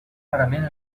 rarament